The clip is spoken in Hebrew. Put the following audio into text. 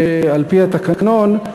על-פי התקנון,